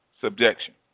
subjection